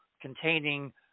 containing